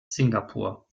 singapur